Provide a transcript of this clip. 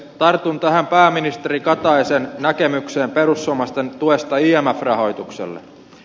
tartun tähän pääministeri kataisen näkemykseen perussuomalaisten tuesta imf rahoitukselle